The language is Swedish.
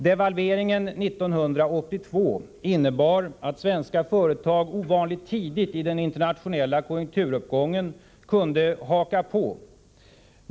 Devalveringen 1982 innebar att svenska företag ovanligt tidigt i den internationella konjunkturuppgången kunde haka på.